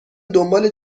دنبال